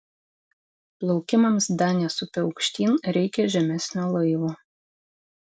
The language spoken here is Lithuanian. plaukimams danės upe aukštyn reikia žemesnio laivo